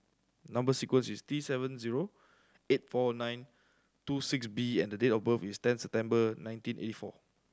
number sequence is T seven zero eight four nine two six B and the date of birth is ten September nineteen eighty four